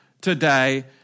today